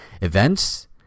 events